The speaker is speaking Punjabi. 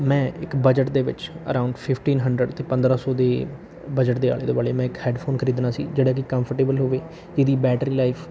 ਮੈਂ ਇੱਕ ਬਜਟ ਦੇ ਵਿੱਚ ਅਰਾਉਂਡ ਫਿਫਟੀਨ ਹੰਡਰਡ ਅਤੇ ਪੰਦਰ੍ਹਾਂ ਸੌ ਦੇ ਬਜਟ ਦੇ ਆਲੇ ਦੁਆਲੇ ਮੈਂ ਇੱਕ ਹੈੱਡਫ਼ੋਨ ਖਰੀਦਣਾ ਸੀ ਜਿਹੜਾ ਕਿ ਕੰਫਰਟੇਬਲ ਹੋਵੇ ਜਿਹਦੀ ਬੈਟਰੀ ਲਾਈਫ